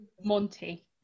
Monty